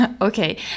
okay